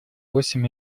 восемь